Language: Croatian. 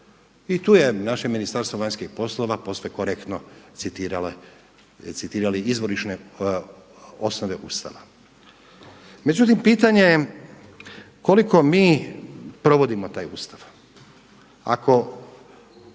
I tu je naše Ministarstvo vanjskih poslova posve korektno citirali izvorišne osnove Ustava. Međutim, pitanje je koliko mi provodimo taj Ustav.